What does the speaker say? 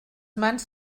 mans